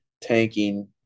tanking